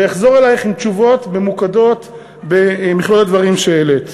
ואחזור אלייך עם תשובות ממוקדות במכלול הדברים שהעלית.